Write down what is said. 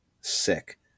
sick